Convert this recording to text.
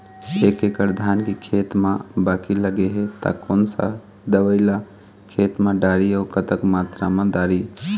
एक एकड़ धान के खेत मा बाकी लगे हे ता कोन सा दवई ला खेत मा डारी अऊ कतक मात्रा मा दारी?